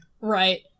right